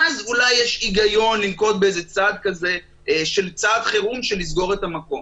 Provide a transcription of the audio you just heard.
אז אולי יש היגיון לנקוט בצעד חירום של לסגור את המקום.